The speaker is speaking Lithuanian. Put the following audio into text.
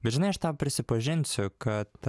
bet žinai aš tau prisipažinsiu kad